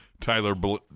Tyler